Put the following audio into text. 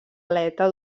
aleta